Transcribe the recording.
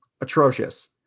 atrocious